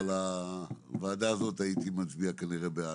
אז על הוועדה הזאת הייתי מצביע כנראה בעד,